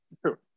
True